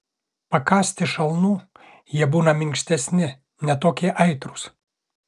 pakąsti šalnų jie būna minkštesni ne tokie aitrūs